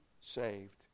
saved